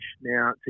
Now